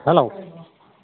hello